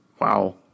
Wow